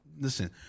Listen